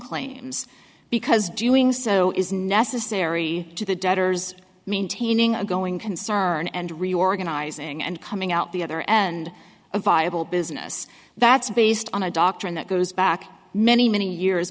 claims because doing so is necessary to the debtors maintaining a going concern and reorganizing and coming out the other end of viable business that's based on a doctrine that goes back many many years